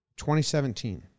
2017